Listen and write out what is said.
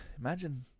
Imagine